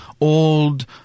old